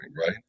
right